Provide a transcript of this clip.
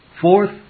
Fourth